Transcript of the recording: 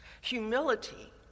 humility